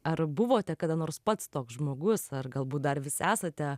ar buvote kada nors pats toks žmogus ar galbūt dar vis esate